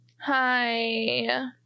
Hi